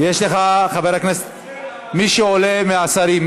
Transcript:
חבר הכנסת, מי עולה מהשרים?